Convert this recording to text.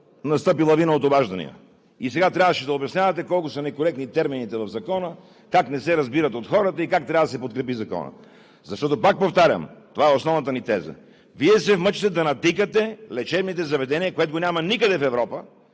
настъпи лавина от обаждания. И сега трябваше да обяснявате колко са некоректни термините в Закона, как не се разбират от хората и как трябва да се подкрепи Законът. Защото, пак повтарям, това е основната ни теза – Вие се мъчите да натикате лечебните заведения, което го няма никъде в Европа,